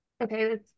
Okay